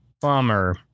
Bummer